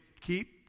Keep